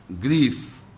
grief